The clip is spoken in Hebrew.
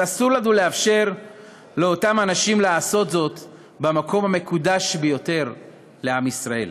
אז אסור לנו לאפשר לאותם אנשים לעשות זאת במקום המקודש לעם ישראל.